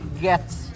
get